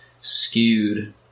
skewed